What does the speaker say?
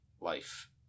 life